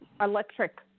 electric